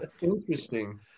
Interesting